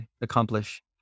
accomplish